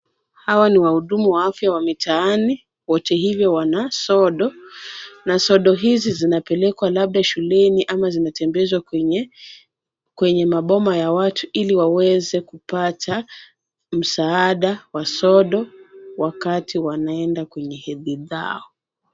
Hawa ni wahudumu wa afya wa mitaani wote hivyo wana sodo na sodo hizi zinapelekwa labda shuleni ama zimetembezwa kwenye maboma ya watu ili waweze kupata msaada wa sodo wakati wanaenda kwenye hedhi zao.